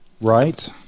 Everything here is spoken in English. Right